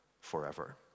forever